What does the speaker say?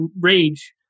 rage